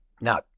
Now